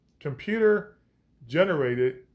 Computer-generated